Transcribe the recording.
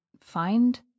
find